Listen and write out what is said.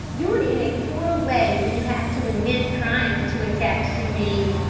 you're in a poor way when you have to invent crimes to attach to me.